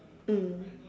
mm